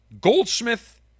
Goldsmith